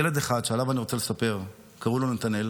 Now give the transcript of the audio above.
ילד אחד שעליו אני רוצה לספר, קראו לו נתנאל.